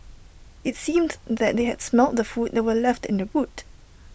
IT seemed that they had smelt the food that were left in the boot